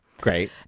Great